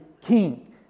king